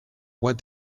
bois